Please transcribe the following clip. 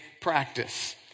practice